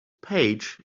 page